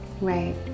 Right